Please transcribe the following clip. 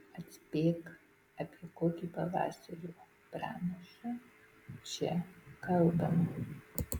atspėk apie kokį pavasario pranašą čia kalbama